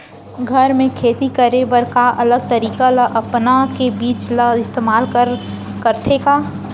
घर मे खेती करे बर का अलग तरीका ला अपना के बीज ला इस्तेमाल करथें का?